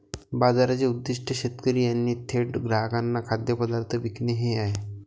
बाजाराचे उद्दीष्ट शेतकरी यांनी थेट ग्राहकांना खाद्यपदार्थ विकणे हे आहे